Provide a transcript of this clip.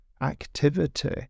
activity